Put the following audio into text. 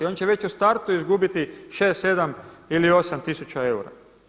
On će već u startu izgubiti 6, 7 ili 8 tisuća eura.